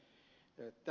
tämä ed